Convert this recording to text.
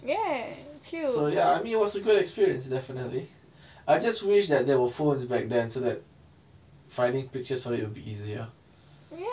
so ya I mean it was a good experience definitely I just wish that there were phones back then so that finding pictures on it will be easier